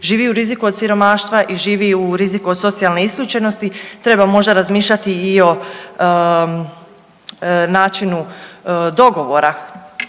živi u riziku od siromaštva i živi u riziku od socijalne isključenosti. Treba možda razmišljati i o načinu dogovora